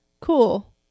cool